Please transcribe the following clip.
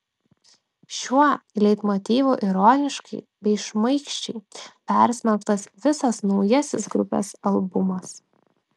šiuo leitmotyvu ironiškai bei šmaikščiai persmelktas visas naujasis grupės albumas